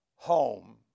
Home